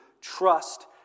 trust